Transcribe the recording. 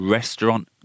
Restaurant